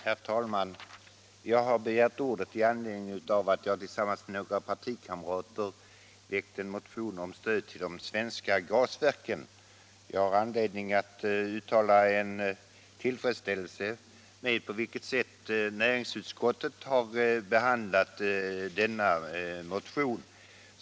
Herr talman! Jag har begärt ordet med anledning av att jag tillsammans med några partikamrater väckt en motion om stöd till de svenska gasverken. Jag har anledning att uttala tillfredsställelse över det sätt på vilket näringsutskottet behandlat denna motion.